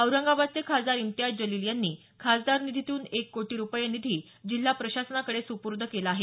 औरंगाबादचे खासदार इम्तियाज जलील यांनी खासदार निधीतून एक कोटी रुपये निधी जिल्हा प्रशासनाकडे सुपूर्द केला आहे